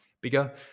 bigger